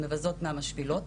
המבזות והמשפילות.